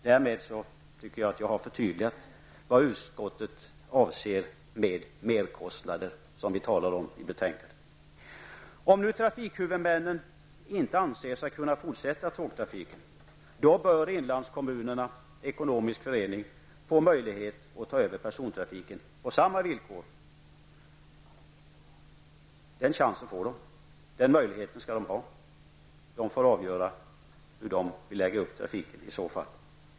Därmed tycker jag att jag har förtydligat vad utskottet avser med merkostnader som vi talar om i betänkandet. Ekonomisk Förening få möjlighet att ta över persontrafiken på samma villkor. Den chansen får de. Den möjligheten skall de ha. De får avgöra hur de vill lägga upp trafiken i så fall.